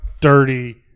dirty